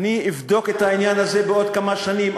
אני אבדוק את העניין הזה בעוד כמה שנים.